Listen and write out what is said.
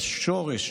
השורש